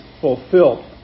fulfilled